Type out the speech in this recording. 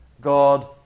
God